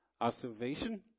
observation